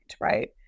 right